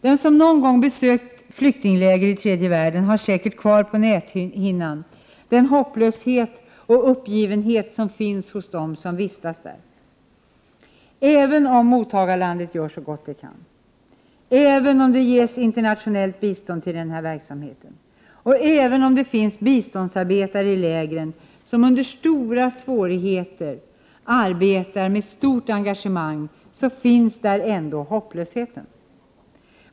De som någon gång har besökt flyktinglägren i tredje världen har säkert kvar på näthinnan den hopplöshet och uppgivenhet som finns hos dem som vistas där. Även om mottagarlandet gör så gott det kan, även om det ges internationellt bistånd till denna verksamhet, även om det finns biståndsarbetare i lägren som under stora svårigheter arbetar med stort engagemang, finns där hopplösheten.